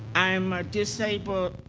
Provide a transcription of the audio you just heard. i am a disabled,